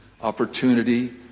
opportunity